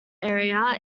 area